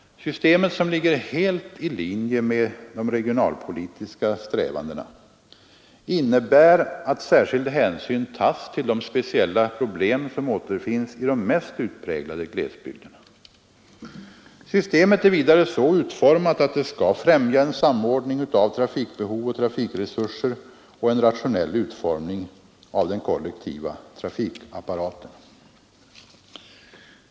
Systemet, som ligger helt i linje med de regionalpolitiska strävandena, innebär att särskilda hänsyn tas till de speciella problem som återfinns i de mest utpräglade glesbygderna. Systemet är vidare så utformat att det skall främja en samordning av trafikbehov och trafikresurser och en rationell utformning av den kollektiva trafikapparaten.